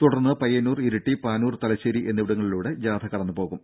തുടർന്ന് പയ്യന്നൂർ ഇരിട്ടി പാനൂർ തലശേരി എന്നിവിടങ്ങളിലൂടെ ജാഥ കടന്നുപോകും